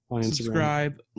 subscribe